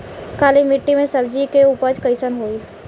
काली मिट्टी में सब्जी के उपज कइसन होई?